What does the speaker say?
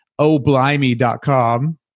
oblimey.com